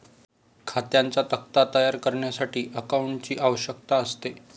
खात्यांचा तक्ता तयार करण्यासाठी अकाउंटंटची आवश्यकता असते